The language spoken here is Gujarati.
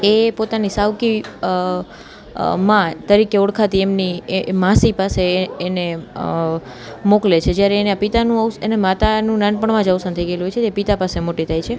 એ પોતાની સાવકી માં તરીકે ઓળખાતી એમની એ માસી પાસે એને મોકલે છે જ્યારે એના પિતાનું એને માતાનું નાનપણમાં જ અવસાન થઈ ગયેલું હોય છે તે પિતા પાસે મોટી થાય છે